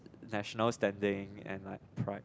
national standing and like pride